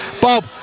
Bob